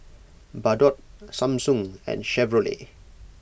Bardot Samsung and Chevrolet